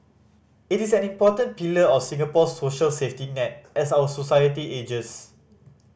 it is an important pillar of Singapore's social safety net as our society ages